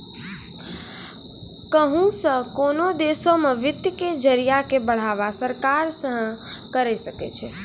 कहुं से कोनो देशो मे वित्त के जरिया के बढ़ावा सरकार सेहे करे सकै छै